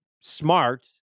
smart